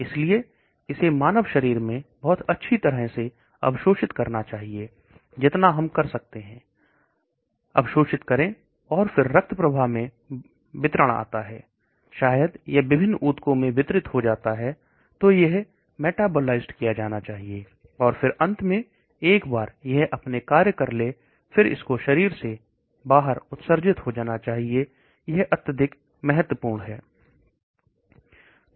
इसलिए इसे मानव शरीर में बहुत अच्छी तरह से अवशोषित करना चाहिए जितना हम कर सकते हैं अवशोषित करें और फिर रक्त प्रभाव में किया जाता है शायद यह विभिन्न ऊतकों में वितरित हो जाता है तो यह है मेटाबोलाइज्ड किया जाना चाहिए और फिर अंत में एक बार यह है अपने कार्य कर ले फिर इसको शरीर से बाहर उत्सर्जित हो जाना चाहिए यह अत्यधिक महत्वपूर्ण है